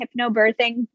hypnobirthing